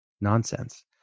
nonsense